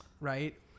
right